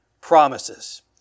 promises